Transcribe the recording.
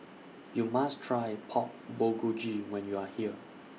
YOU must Try Pork Bulgogi when YOU Are here